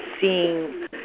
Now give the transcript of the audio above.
seeing